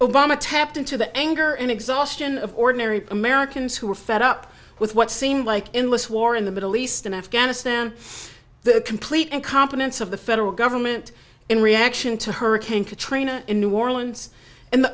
obama tapped into the anger and exhaustion of ordinary americans who were fed up with what seemed like endless war in the middle east in afghanistan the complete incompetence of the federal government in reaction to hurricane katrina in new orleans and the